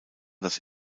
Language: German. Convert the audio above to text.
das